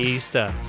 Easter